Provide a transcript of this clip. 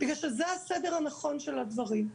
זה הסדר הנכון של הדברים.